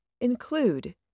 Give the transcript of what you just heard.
include